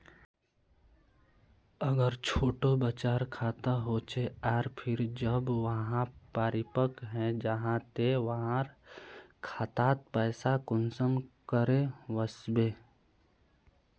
अगर छोटो बच्चार खाता होचे आर फिर जब वहाँ परिपक है जहा ते वहार खातात पैसा कुंसम करे वस्बे?